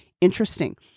interesting